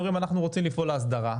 הם אומרים "אנחנו רוצים לפעול להסדרה,